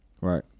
Right